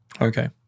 Okay